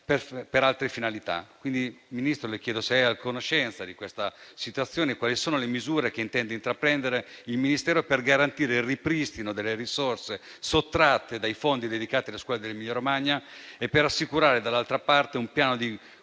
per altre finalità. Le chiedo, Ministro, se è a conoscenza di questa situazione e quali sono le misure che intende intraprendere il Ministero per garantire il ripristino delle risorse sottratte dai fondi dedicati alle scuole dell'Emilia Romagna e per assicurare, dall'altra parte, un piano